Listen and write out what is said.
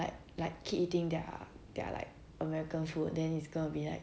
like like keep eating their their like american food then it's gonna be like